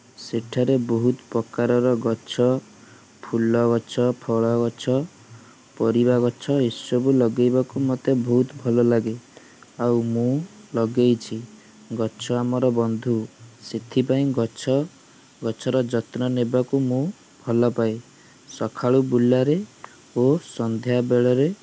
ସେଠାରେ ବହୁତ ପ୍ରକାର ଗଛ ଫୁଲ ଗଛ ଫଳ ଗଛ ପରିବା ଗଛ ଏ ସବୁ ଲଗେଇବାକୁ ମୋତେ ବହୁତ ଭଲ ଲାଗେ ଆଉ ମୁଁ ଲଗେଇଛି ଗଛ ଆମର ବନ୍ଧୁ ସେଥିପାଇଁ ଗଛ ଗଛର ଯତ୍ନ ନେବାକୁ ମୁଁ ଭଲ ପାଏ ସକାଳୁ ବୁଲାରେ ଓ ସନ୍ଧ୍ୟା ବେଳରେ